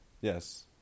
yes